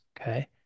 okay